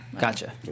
Gotcha